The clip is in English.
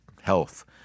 health